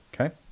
Okay